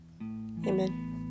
Amen